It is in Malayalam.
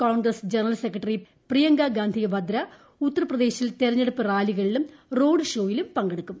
കോൺഗ്രസ് ജന്റൽ സെക്രട്ടറി പ്രിയങ്ക ഗാന്ധി വദ്ര ഉത്തർപ്രദേശിൽ തെരഞ്ഞെട്ടുപ്പ് റാലികളിലും റോഡ് ഷോയിലും പങ്കെടുക്കും